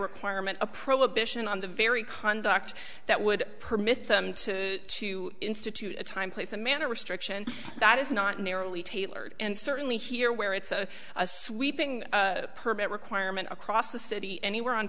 requirement a prohibition on the very conduct that would permit them to to institute a time place and manner restriction that is not narrowly tailored and certainly here where it's a sweeping permit requirement across the city anywhere on